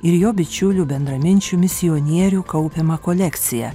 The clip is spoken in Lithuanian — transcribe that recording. ir jo bičiulių bendraminčių misionierių kaupiamą kolekciją